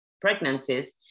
pregnancies